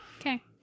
Okay